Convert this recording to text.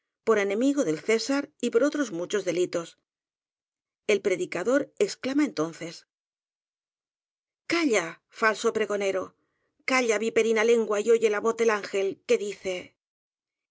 por enemigo del césar y por otros muchos delitos el predicador exclama entonces calla falso pregonero calla viperina lengua y oye la voz del ángel que dice